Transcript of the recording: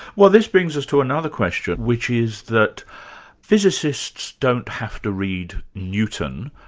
well this brings us to another question, which is that physicists don't have to read newton,